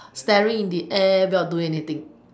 staring in the air without doing anything